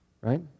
Right